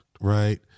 right